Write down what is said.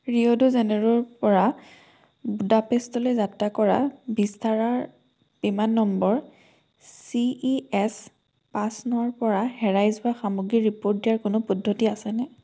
ৰিঅ'ড জেনেৰঅ'পৰা বুদাপেষ্টলৈ যাত্ৰা কৰা ভিস্তাৰাৰ বিমান নম্বৰ চি ই এছ পাঁচ নৰপৰা হেৰাই যোৱা সামগ্ৰীৰ ৰিপ'ৰ্ট দিয়াৰ কোনো পদ্ধতি আছেনে